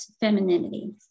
femininity